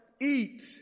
eat